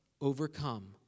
overcome